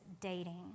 dating